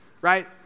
right